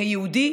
כיהודי